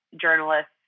journalists